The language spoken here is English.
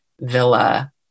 villa